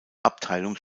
abteilung